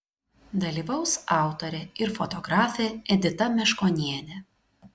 dalyvaus autorė ir fotografė edita meškonienė